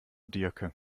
diercke